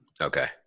Okay